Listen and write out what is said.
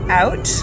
out